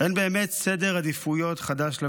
אין באמת סדר עדיפויות חדש לממשלה,